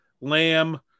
Lamb